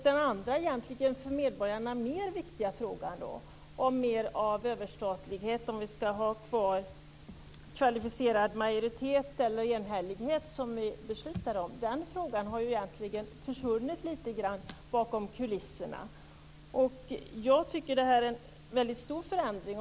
Den för medborgarna egentligen mer viktiga frågan om mer av överstatlighet, om vi ska ha kvar kvalificerad majoritet eller enhällighet, som vi beslutar om, har egentligen försvunnit lite grann bakom kulisserna. Jag tycker att det här är en väldigt stor förändring.